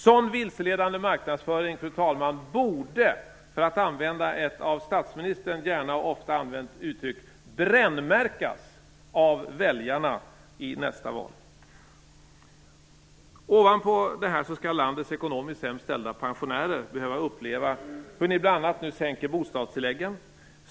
Sådan vilseledande marknadsföring borde, fru talman - för att använda ett av statsministern ofta och gärna använt uttryck - brännmärkas av väljarna i nästa val. Ovanpå detta skall landets ekonomiskt sämst ställda pensionärer behöva uppleva hur ni nu bl.a. sänker bostadstilläggen.